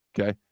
okay